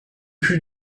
plus